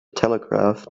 telegraph